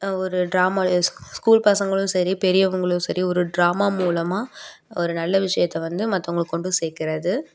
ஒரு drama school பசங்களும் சரி பெரியவங்களும் சரி ஒரு ட்ராமா மூலமாக ஒரு நல்ல விஷயத்தை வந்து மற்றவங்களுக்கு கொண்டு சேக்கிறது